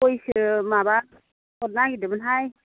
गयसो माबा हरनो नागिरदोंमोनहाय